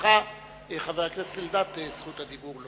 חברך חבר הכנסת אלדד ברשות הדיבור.